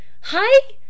hi